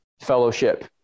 fellowship